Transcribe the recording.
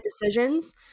decisions